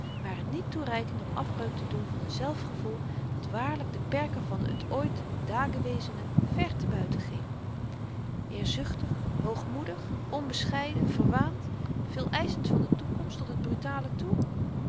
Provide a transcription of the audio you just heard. waren niet toereikend om afbreuk te doen aan n zelfgevoel dat waarlyk de perken van t ooit da gewesene ver te buiten ging eerzuchtig hoogmoedig onbescheiden verwaand veeleischend van de toekomst tot het brutale toe